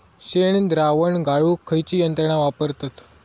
शेणद्रावण गाळूक खयची यंत्रणा वापरतत?